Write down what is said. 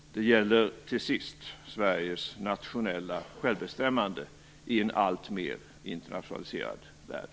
Det gäller till sist Sveriges nationella självbestämmande i en allt mer internationaliserad värld.